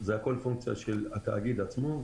זה הכול פונקציה של התאגיד עצמו.